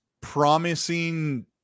promising